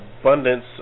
abundance